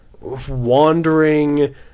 wandering